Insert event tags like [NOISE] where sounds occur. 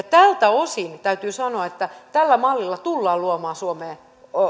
[UNINTELLIGIBLE] tältä osin täytyy sanoa että tällä mallilla tullaan luomaan suomeen